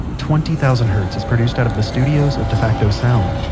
twenty thousand hertz is produced out of the studios of defacto sound,